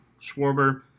Schwarber